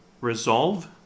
resolve